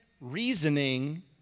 reasoning